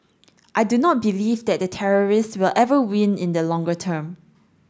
I do not believe that the terrorists will ever win in the longer term